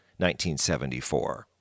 1974